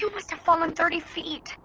you must have fallen thirty feet!